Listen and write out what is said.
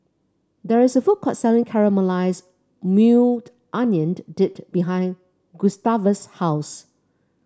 there is a food court selling Caramelized Maui Onion Dip behind Gustavus' house